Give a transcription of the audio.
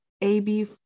AB